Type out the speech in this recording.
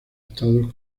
estados